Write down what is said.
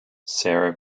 sarah